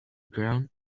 ground